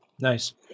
Nice